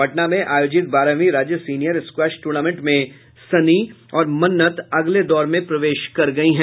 पटना में आयोजित बारहवीं राज्य सीनियर स्क्वैश टूर्नामेंट में सन्नी और मन्नत अगले दौर में प्रवेश कर गयी हैं